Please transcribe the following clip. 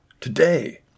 today